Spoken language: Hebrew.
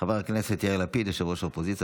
חבר הכנסת יאיר לפיד, ראש האופוזיציה.